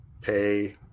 pay